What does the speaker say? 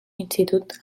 institut